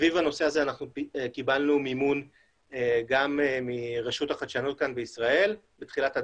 סביב הנושא קיבלנו מימון גם מרשות החדשנות כאן בישראל בתחילת הדרך,